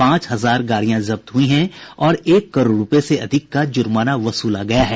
पांच हजार गाड़ियां जब्त हुई हैं और एक करोड़ रूपये से अधिक का जुर्माना वसूला गया है